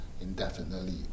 indefinitely